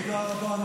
--- תודה רבה.